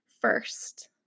first